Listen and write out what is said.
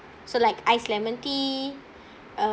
so like ice lemon tea uh